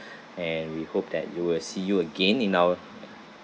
and we hope that we will see you again in our